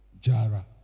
Jara